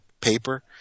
paper